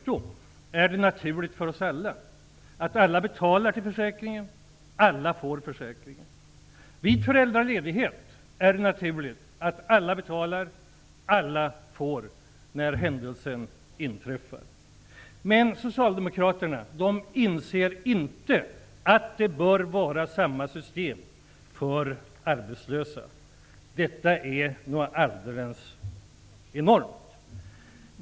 Det är naturligt att alla betalar till sjukförsäkringen och att alla får del av den. Det är naturligt att alla betalar till föräldraförsäkringen och att alla får del av den när händelsen inträffar. Socialdemokraterna inser inte att det bör vara samma system för arbetslösa. Detta är något alldeles enormt!